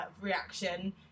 reaction